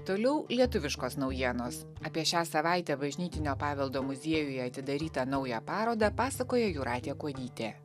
toliau lietuviškos naujienos apie šią savaitę bažnytinio paveldo muziejuje atidarytą naują parodą pasakoja jūratė kuodytė